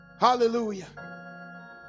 Hallelujah